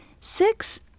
six